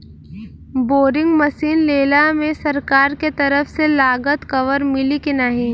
Boring machine लेला मे सरकार के तरफ से लागत कवर मिली की नाही?